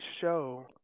show